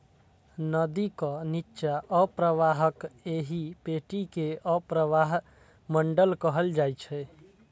नदीक निच्चा अवप्रवाहक एहि पेटी कें अवप्रवाह मंडल कहल जाइ छै